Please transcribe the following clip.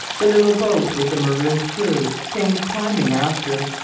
the little boat with the marooned crew came climbing after.